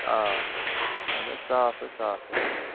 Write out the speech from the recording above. آ اہن حظ صاف حظ صاف لکٕر چھِ